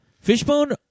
fishbone